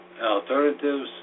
Alternatives